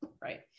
right